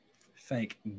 Thank